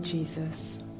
Jesus